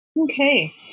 Okay